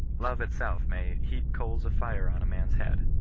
love itself may heap coals of fire on a man's head.